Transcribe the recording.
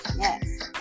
yes